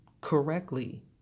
correctly